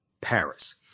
Paris